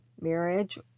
marriage